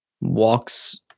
Walks